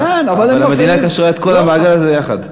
אבל המדינה קשרה את כל המעגל הזה יחד.